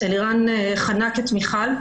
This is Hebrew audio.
אלירן חנק את מיכל,